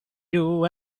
you